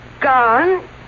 gone